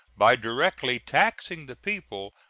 by directly taxing the people,